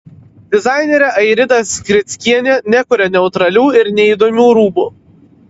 dizainerė airida skrickienė nekuria neutralių ir neįdomių rūbų